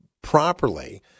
properly